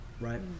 right